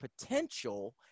potential